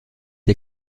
est